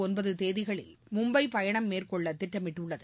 ஒன்பது தேதிகளில் மும்பை பயணம் மேற்கொள்ள திட்டமிட்டுள்ளது